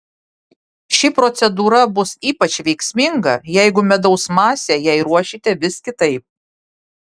ši procedūra bus ypač veiksminga jeigu medaus masę jai ruošite vis kitaip